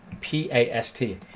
P-A-S-T